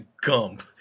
Gump